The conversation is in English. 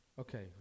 Okay